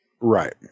Right